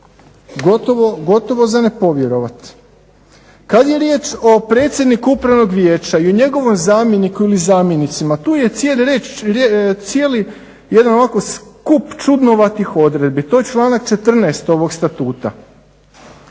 Gotovo za nepovjerovat. Kada je riječ o predsjedniku upravnog vijeća ili o njegovom zamjeniku ili zamjenicima, tu je cijeli jedan ovako skup čudnovatih odredbi. To je članak 14. ovog Statuta.